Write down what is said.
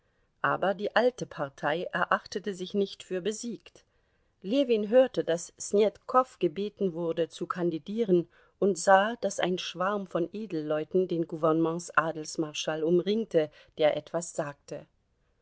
aber die alte partei erachtete sich nicht für besiegt ljewin hörte daß snetkow gebeten wurde zu kandidieren und sah daß ein schwarm von edelleuten den gouvernements adelsmarschall umringte der etwas sagte